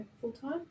full-time